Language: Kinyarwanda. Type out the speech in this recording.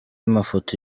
mafoto